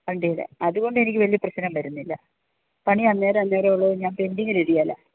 വണ്ടിയുടെ അതുകൊണ്ട് എനിക്കു വലിയ പ്രശ്നം വരുന്നില്ല പണി അന്നേരം അന്നേരം ഉള്ളത് ഞാൻ പെൻഡിങ്ങിൽ ഇടുകയില്ല